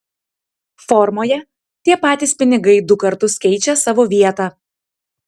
formoje tie patys pinigai du kartus keičia savo vietą